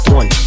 one